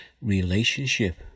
relationship